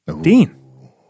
Dean